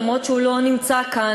למרות שהוא לא נמצא כאן,